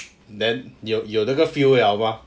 then 有有那个 feel 了 mah